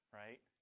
right